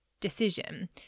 decision